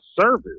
service